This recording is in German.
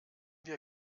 wir